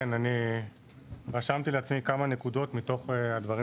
כן אני רשמתי לעצמי כמה נקודות מתוך הדברים